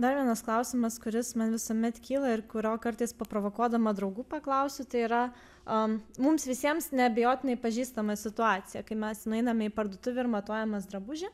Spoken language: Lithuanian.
dar vienas klausimas kuris man visuomet kyla ir kurio kartais paprovokuodama draugų paklausiu tai yra am mums visiems neabejotinai pažįstama situacija kai mes nueiname į parduotuvę ir matuojamės drabužį